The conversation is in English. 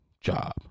job